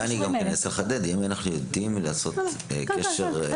האם אנחנו יודעים לעשות קשר?